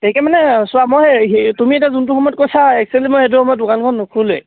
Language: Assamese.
দেৰিকৈ মানে চোৱা মই সেই তুমি এতিয়া যোনটো সময়ত কৈছা একচুৱেলি মই সেইটো সময়ত দোকানখন নোখোলোৱেই